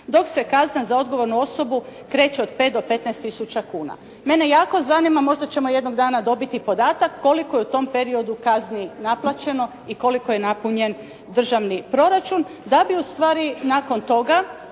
dok se kazna za odgovornu osobu kreće od 5 do 15 tisuća kuna. Mene jako zanima, možda ćemo jednog dana dobiti podatak, koliko je u tom periodu kazni naplaćeno i koliko je napunjen držani proračun, da bi ustvari nakon toga